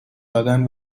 دادن